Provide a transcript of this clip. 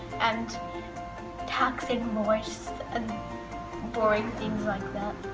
and tax invoice and boring things like that.